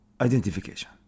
identification